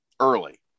early